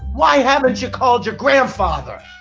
why haven't you called your grandfather?